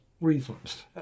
reasons